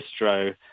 bistro